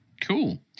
Cool